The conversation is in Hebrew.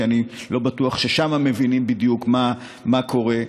שאני לא בטוח ששם מבינים בדיוק מה קורה,